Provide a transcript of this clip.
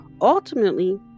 ultimately